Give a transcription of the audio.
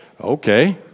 Okay